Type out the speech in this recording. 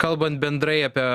kalbant bendrai apie